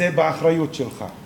זו האחריות שלך.